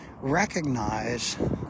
recognize